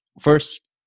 first